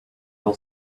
isle